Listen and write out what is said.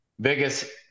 biggest